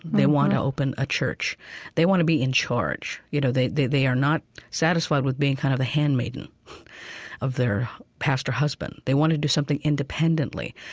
they want to open a church they want to be in charge, you know? they they are not satisfied with being, kind of, a handmaiden of their pastor husband. they want to do something independently.